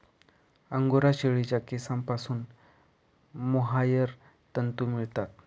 angora शेळीच्या केसांपासून mohair तंतू मिळतात